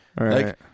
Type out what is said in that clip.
Right